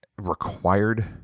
required